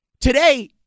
Today